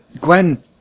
Gwen